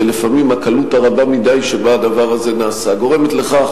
ולפעמים הקלות הרבה מדי שבה הדבר הזה נעשה גורמת לכך